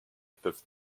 peuvent